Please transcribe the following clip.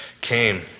came